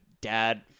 dad